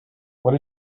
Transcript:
what